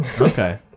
Okay